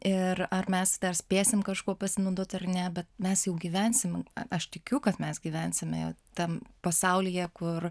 ir ar mes dar spėsim kažkuo pasinaudot ar ne bet mes jau gyvensim aš tikiu kad mes gyvensime tam pasaulyje kur